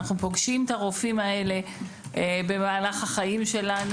אנחנו פוגשים את הרופאים האלה במהלך חיינו,